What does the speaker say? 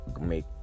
make